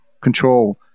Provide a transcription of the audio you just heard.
control